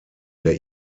der